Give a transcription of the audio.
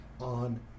on